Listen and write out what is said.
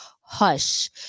Hush